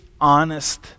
honest